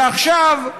ועכשיו,